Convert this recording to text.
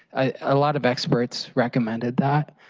a lot of experts recommended that,